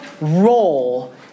role